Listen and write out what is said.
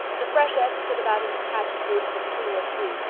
the freshettes stood about in detached groups of two or three,